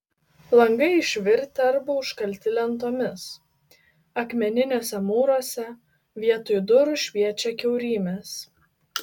langai išvirtę arba užkalti lentomis akmeniniuose mūruose vietoj durų šviečia kiaurymės